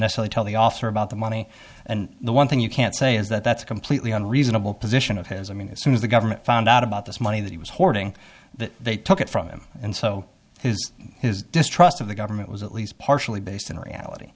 necessarily tell the author about the money and the one thing you can't say is that that's completely unreasonable position of his i mean as soon as the government found out about this money that he was hoarding that they took it from him and so his distrust of the government was at least partially based in reality